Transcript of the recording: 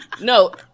No